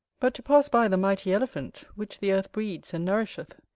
but to pass by the mighty elephant, which the earth breeds and nourisheth,